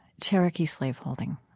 cherokee slaveholding,